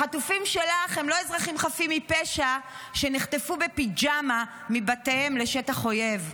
החטופים שלך הם לא אזרחים חפים מפשע שנחטפו בפיג'מה מבתיהם לשטח האויב,